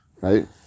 Right